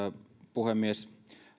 puhemies